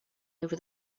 over